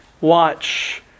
watch